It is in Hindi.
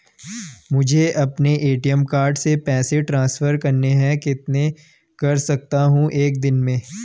मुझे अपने ए.टी.एम कार्ड से पैसे ट्रांसफर करने हैं कितने कर सकता हूँ एक दिन में?